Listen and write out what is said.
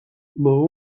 maó